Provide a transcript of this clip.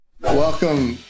Welcome